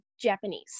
Japanese